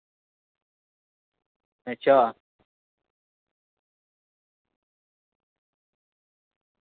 अच्छा